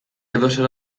edozer